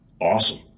awesome